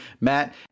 Matt